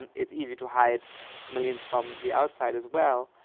and it's easy to hide millions from the outside as well.